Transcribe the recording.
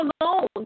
alone